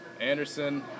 Anderson